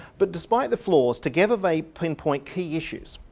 but despite the flaws, together they pinpoint key issues.